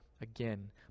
again